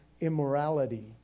immorality